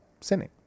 sinning